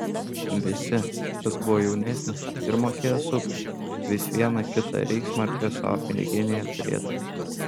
visi kas buvo jaunesnis ir mokėjo suktis vis vieną kitą reichsmarkę savo piniginėje turėdavo